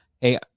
hey